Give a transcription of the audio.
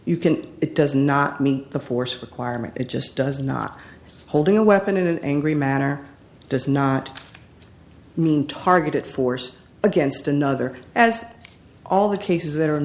you can it does not mean the force requirement it just does not holding a weapon in an angry manner does not i mean targeted force against another as all the cases that are